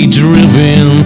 driven